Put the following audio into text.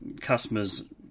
customer's